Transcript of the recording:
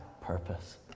purpose